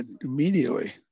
immediately